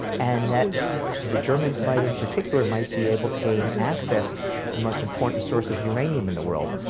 and that the germans might in particular might be able to gain access to the most important source of uranium in the world,